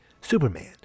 Superman